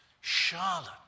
Charlotte